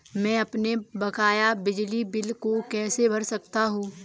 मैं अपने बकाया बिजली बिल को कैसे भर सकता हूँ?